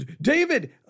David